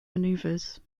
maneuvers